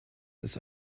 ist